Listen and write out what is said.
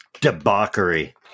debauchery